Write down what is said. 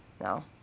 No